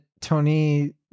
Tony